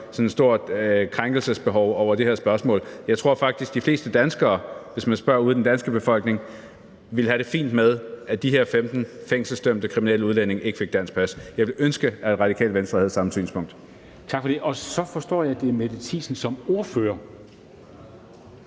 sig krænket over det her spørgsmål. Jeg tror faktisk, at de fleste danskere – hvis man spørger ude i den danske befolkning – ville have det fint med, at de her 15 fængselsdømte kriminelle udlændinge ikke fik dansk pas. Jeg ville ønske, at Radikale Venstre havde samme synspunkt. Kl. 14:10 Formanden (Henrik Dam Kristensen): Tak for det. Så forstår jeg, at det er Mette Thiesen som ordfører,